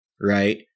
right